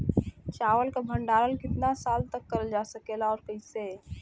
चावल क भण्डारण कितना साल तक करल जा सकेला और कइसे?